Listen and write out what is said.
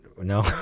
No